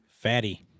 Fatty